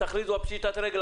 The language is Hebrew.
תכריזו עכשיו על פשיטת רגל.